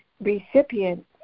recipient